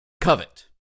covet